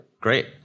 Great